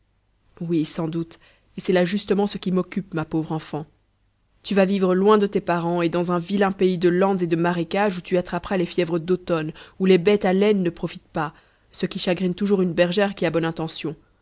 oui sans doute et c'est là justement ce qui m'occupe ma pauvre enfant tu vas vivre loin de tes parents et dans un vilain pays de landes et de marécages où tu attraperas les fièvres d'automne où les bêtes à laine ne profitent pas ce qui chagrine toujours une bergère qui a bonne intention